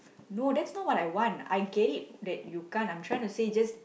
no that's not what I want I get it that you can't I'm trying to say just